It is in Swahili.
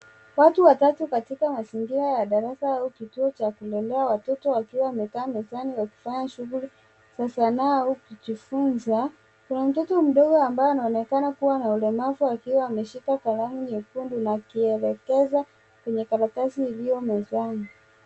Watu watatu katika mazingira ya darasa au kituo cha kulelea watoto wakiwa wamekaa mezani wakifanya shughuli za sanaa au kujifunza. Kuna mtoto mdogo ambaye anaonekana kuwa na ulemavu akiwa ameshika kalamu nyekundu akielekeza kwenye karatasi iliyo mezani.